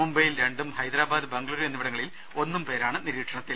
മുംബൈയിൽ രണ്ടും ഹൈദരാബാദ് ബംഗളുരു എന്നി വിടങ്ങളിൽ ഒന്നും പേരാണ് നിരീക്ഷണത്തിൽ